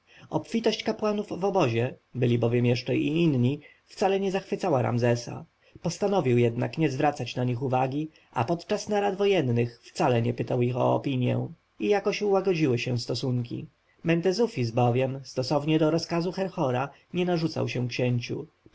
obfitość kapłanów w obozie byli bowiem jeszcze i inni wcale nie zachwycała ramzesa postanowił jednak nie zwracać na nich uwagi a podczas narad wojennych wcale nie pytał ich o opinję i jakoś ułagodziły się stosunki mentezufis bowiem stosownie do rozkazu herhora nie narzucał się księciu